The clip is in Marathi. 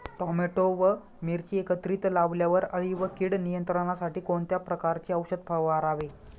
टोमॅटो व मिरची एकत्रित लावल्यावर अळी व कीड नियंत्रणासाठी कोणत्या प्रकारचे औषध फवारावे?